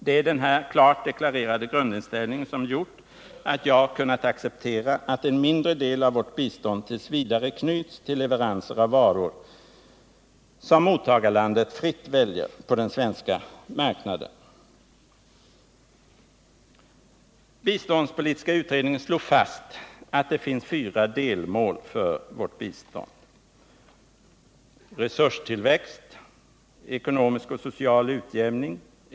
Det är denna klart deklarerade grundinställning som gjort att jag kunnat acceptera att en mindre del av vårt bistånd t.v. knyts till leveranser av varor, som mottagarlandet fritt väljer på den svenska marknaden. Biståndspolitiska utredningen slog fast att det finns fyra delmål för vårt bistånd: 1. Resurstillväxt. 2. Ekonomisk och social utjämning. 3.